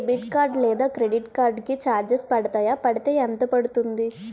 Debit card లేదా credit card కి charges పడతాయా? పడితే ఎంత పడుతుంది?